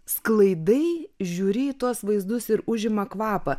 sklaidai žiūri į tuos vaizdus ir užima kvapą